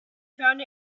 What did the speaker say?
found